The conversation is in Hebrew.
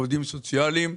עובדים סוציאליים,